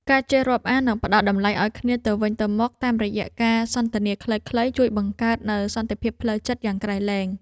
ការចេះរាប់អាន និងផ្ដល់តម្លៃឱ្យគ្នាទៅវិញទៅមកតាមរយៈការសន្ទនាខ្លីៗជួយបង្កើតនូវសន្តិភាពផ្លូវចិត្តយ៉ាងក្រៃលែង។